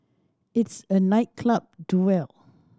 it's a night club duel